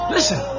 Listen